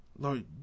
Lord